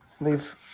leave